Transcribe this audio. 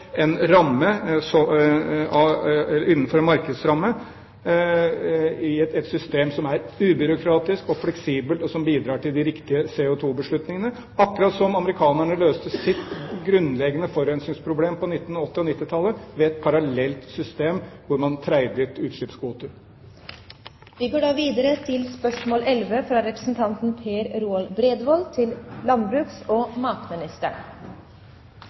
en markedsramme i et system som er ubyråkratisk og fleksibelt, og som bidrar til de riktige CO2-beslutningene – akkurat som amerikanerne løste sitt grunnleggende forurensningsproblem på 1980- og 1990-tallet ved et parallelt system hvor man «tradet» utslippskvoter. Jeg ønsker å stille følgende spørsmål